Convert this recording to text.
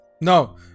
no